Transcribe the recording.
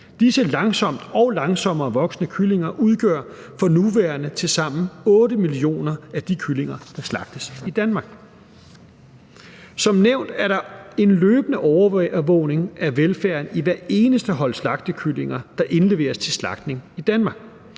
Disse langsomt- og langsommerevoksende kyllinger udgør for nuværende tilsammen 8 millioner af de kyllinger, der slagtes i Danmark. Som nævnt er der en løbende overvågning af velfærden i hvert eneste hold slagtekyllinger, der indleveres til slagtning i Danmark.